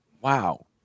Wow